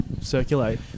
circulate